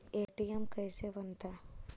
ATM कैसे बनता?